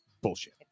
bullshit